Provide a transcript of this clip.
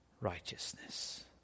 righteousness